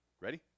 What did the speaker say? Ready